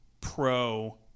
pro